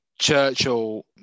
Churchill